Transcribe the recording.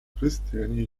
chrystianizmie